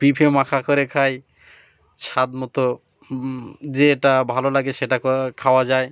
পিফে মাখা করে খায় ছাদ মতো যে এটা ভালো লাগে সেটা খাওয়া যায়